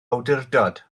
awdurdod